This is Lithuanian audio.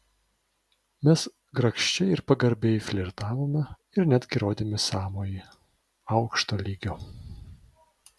mes grakščiai ir pagarbiai flirtavome ir netgi rodėme sąmojį aukšto lygio